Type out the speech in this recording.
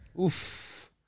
Oof